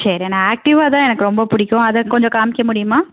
சரி நான் ஆக்டிவா தான் எனக்கு ரொம்ப பிடிக்கும் அதை கொஞ்சம் காம்மிக்க முடியுமா